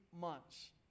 months